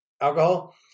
alcohol